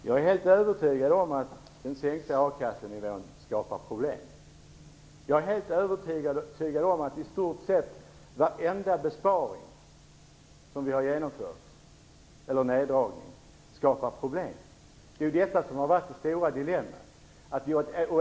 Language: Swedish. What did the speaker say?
Fru talman! Jag är helt övertygad om att den sänkta a-kassenivån skapar problem. Jag är helt övertygad om att i stort sett varenda besparing som vi har genomfört och varenda neddragning skapar problem. Det är detta som har varit det stora dilemmat.